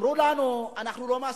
אמרו לנו: אנחנו לא מסכימים.